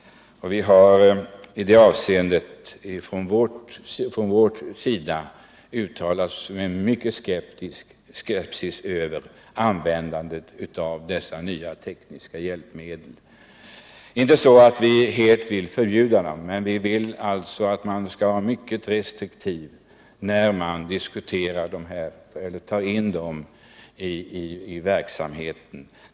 Utskottet har uttalat stor skepsis över användandet av dessa nya tekniska apparater. Det är inte så att utskottet vill föreslå ett totalt förbud, men vi vill att man inom regeringen skall vara mycket restriktiv när man tar in dessa sjöskotrar i verksamheten.